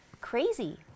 crazy